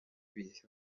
bihe